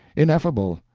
ineffable,